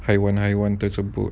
haiwan-haiwan tersebut